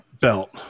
belt